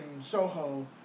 Soho